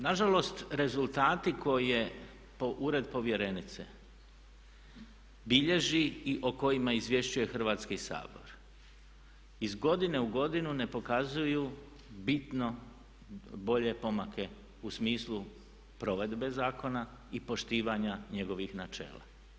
Nažalost rezultati koje ured povjerenice bilježi i o kojima izvješćuje Hrvatski sabor iz godine u godinu ne pokazuju bitno bolje pomake u smislu provedbe zakona i poštivanja njegovih načela.